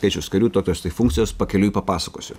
skaičius karių tokios tai funkcijos pakeliui papasakosiu